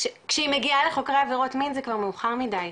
כשהיא מגיעה לחוקרי עבירות מין זה כבר מאוחר מדי,